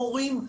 מורים,